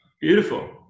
Beautiful